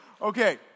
Okay